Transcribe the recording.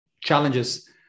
challenges